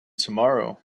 tomorrow